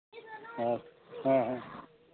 ᱦᱮᱸ ᱦᱮᱸ ᱦᱮᱸ